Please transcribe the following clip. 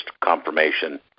confirmation